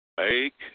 Make